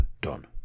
done